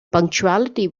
punctuality